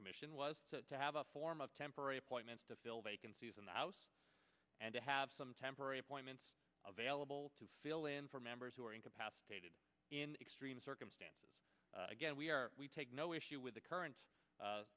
commission was to have a form of temporary appointments to fill vacancies in the house and to have some temporary appointments available to fill in for members who are incapacitated in extreme circumstances again we are we take no issue with the current